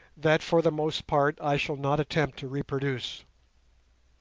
that for the most part i shall not attempt to reproduce